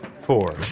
Four